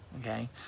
okay